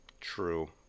True